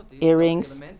earrings